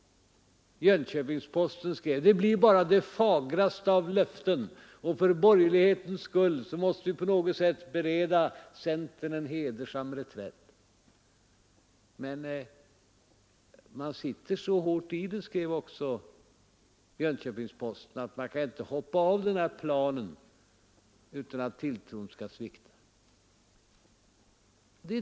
Jönköpings-Posten skrev Det blir bara de fagraste av löften, och för borgerlighetens skull måste vi på något sätt bereda centern en hedersam reträtt. Men man sitter så hårt i det, skrev Jönköpings-Posten, att man inte kan hoppa av planen utan att tilltron skall svikta.